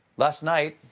last night,